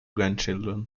grandchildren